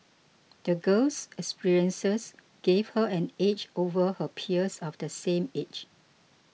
the girl's experiences gave her an edge over her peers of the same age